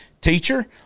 teacher